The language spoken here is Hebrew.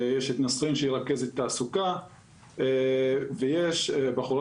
יש את נסרין שהיא רכזת תעסוקה ויש בחורה